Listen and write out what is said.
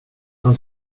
han